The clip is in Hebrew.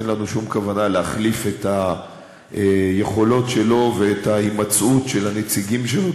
אין לנו שום כוונה להחליף את היכולות שלו ואת ההימצאות של הנציגים שלו.